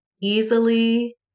Easily